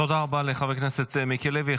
תודה רבה לחבר הכנסת מיקי לוי.